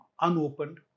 unopened